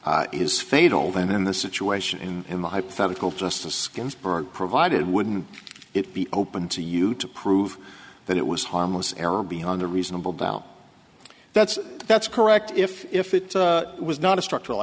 is fatal then in this situation and in the hypothetical justice ginsburg provided wouldn't it be open to you to prove that it was harmless error beyond a reasonable doubt that's that's correct if if it was not a structural